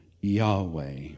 Yahweh